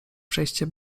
przejście